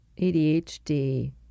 ADHD